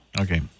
Okay